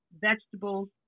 vegetables